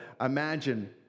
imagine